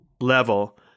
level